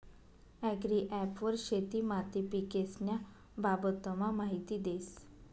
agri app वर शेती माती पीकेस्न्या बाबतमा माहिती देस